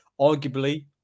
arguably